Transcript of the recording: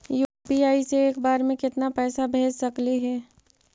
UPI से एक बार मे केतना पैसा भेज सकली हे?